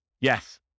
Yes